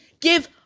give